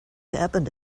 happened